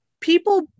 people